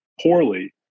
poorly